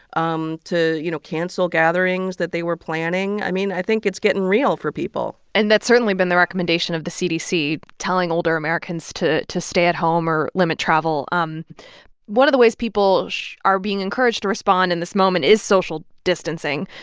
um to, you know, cancel gatherings that they were planning. i mean, i think it's getting real for people and that's certainly been the recommendation of the cdc telling older americans to to stay at home or limit travel. um one of the ways people are being encouraged to respond in this moment is social distancing,